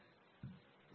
ನಿಮಗೆ ಯಾವ ಆಯ್ಕೆಗಳಿವೆ